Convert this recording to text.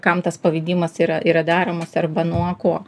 kam tas pavedimas yra yra daromas arba nuo ko